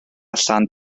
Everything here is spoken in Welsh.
allan